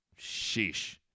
Sheesh